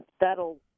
that'll